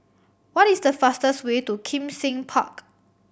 what is the fastest way to Kim Seng Park